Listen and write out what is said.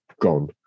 gone